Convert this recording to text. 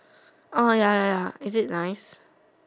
oh ya ya ya is it nice